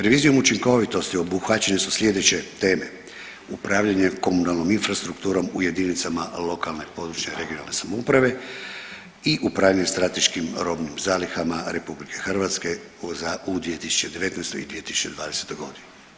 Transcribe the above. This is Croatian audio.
Revizijom učinkovitosti obuhvaćene su sljedeće teme upravljanje komunalnom infrastrukturom u jedinicama lokalne, područne (regionalne) samouprave i upravljanje strateškim robnim zalihama Republike Hrvatske u 2019. i 2020. godini.